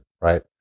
right